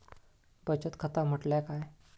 बचत खाता म्हटल्या काय?